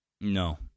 No